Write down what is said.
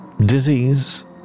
disease